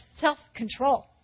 self-control